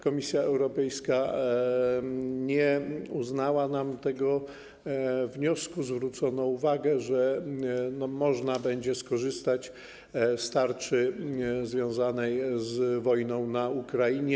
Komisja Europejska nie uznała nam tego wniosku, zwrócono uwagę, że można będzie skorzystać z tarczy związanej z wojną na Ukrainie.